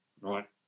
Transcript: right